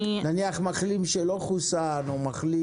נניח, מחלים שלא חוסן או מחלים